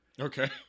Okay